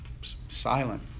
silent